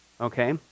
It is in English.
okay